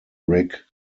rick